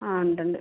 ആ ഉണ്ട് ഉണ്ട്